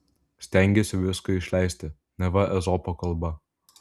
stengėsi viską išleisti neva ezopo kalba